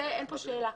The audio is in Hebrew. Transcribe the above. אין פה שאלה.